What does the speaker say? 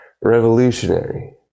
Revolutionary